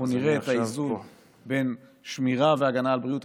אנחנו נראה את האיזון בין שמירה והגנה על בריאות